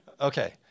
okay